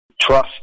trust